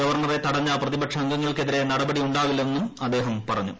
ഗവർണറെ തടഞ്ഞ പ്രതിപക്ഷ അംഗങ്ങൾക്കെതിരെ നടപടി ഉണ്ടാവില്ലെന്നും അദ്ദേഹം പറഞ്ഞു